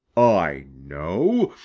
i know!